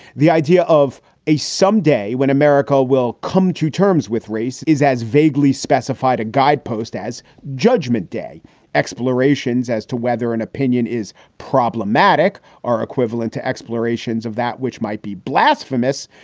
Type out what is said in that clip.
the idea of a someday when america will come to terms with race is as vaguely specified. a guidepost as judgment day explorations as to whether an opinion is problematic are equivalent to explorations of that which might be blasphemous.